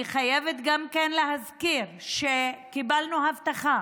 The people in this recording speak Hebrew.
אני חייבת להזכיר גם שקיבלנו הבטחה